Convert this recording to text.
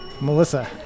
Melissa